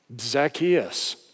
Zacchaeus